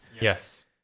Yes